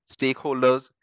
stakeholders